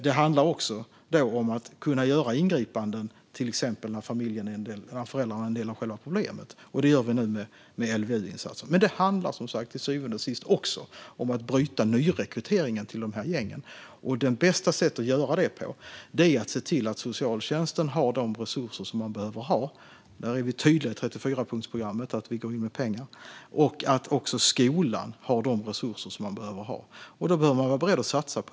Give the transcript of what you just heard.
Det handlar också om att kunna göra ingripanden, till exempel när föräldrarna är en del av själva problemet, och det gör vi nu med LVU-insatser. Till syvende och sist handlar det också om att bryta nyrekryteringen till gängen. Det bästa sättet att göra det är att se till att socialtjänsten har de resurser de behöver. Där är vi tydliga i 34-punktsprogrammet med att vi går in med pengar. Skolan ska också ha de resurser de behöver ha. Då får man vara beredd att satsa.